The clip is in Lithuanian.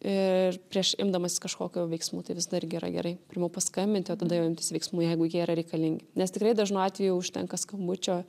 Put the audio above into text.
ir prieš imdamasis kažkokių veiksmų tai visada irgi yra gerai pirmiau paskambint o tada jau imtis veiksmų jeigu jie yra reikalingi nes tikrai dažnu atveju užtenka skambučio